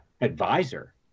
advisor